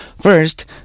First